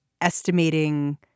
estimating